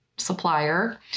supplier